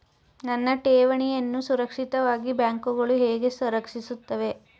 ನನ್ನ ಠೇವಣಿಯನ್ನು ಸುರಕ್ಷಿತವಾಗಿ ಬ್ಯಾಂಕುಗಳು ಹೇಗೆ ರಕ್ಷಿಸುತ್ತವೆ?